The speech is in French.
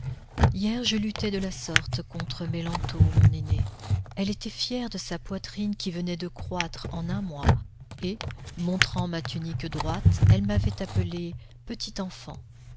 hier je luttai de la sorte contre melanthô mon aînée elle était fière de sa poitrine qui venait de croître en un mois et montrant ma tunique droite elle m'avait appelée petite enfant